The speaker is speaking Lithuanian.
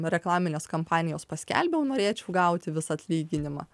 reklaminės kampanijos paskelbiau norėčiau gauti visą atlyginimą